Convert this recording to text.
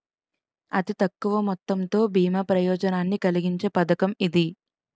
అతి తక్కువ మొత్తంతో బీమా ప్రయోజనాన్ని కలిగించే పథకం ఇది